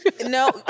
no